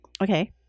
okay